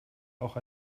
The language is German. auch